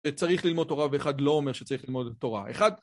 שצריך ללמוד תורה ואחד לא אומר שצריך ללמוד תורה אחד.